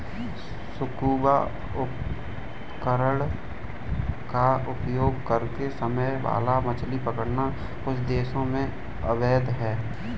scuba उपकरण का उपयोग करते समय भाला मछली पकड़ना कुछ देशों में अवैध है